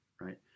Right